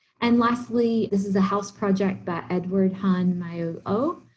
and lastly, this is a house project by edward han myo oo.